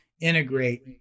integrate